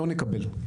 לא נקבל.